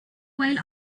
while